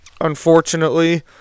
unfortunately